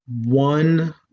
one